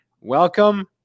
Welcome